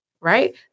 right